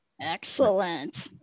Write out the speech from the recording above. Excellent